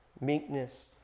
meekness